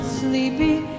sleepy